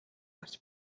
гарч